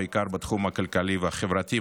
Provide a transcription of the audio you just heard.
בעיקר בתחום הכלכלי והחברתי,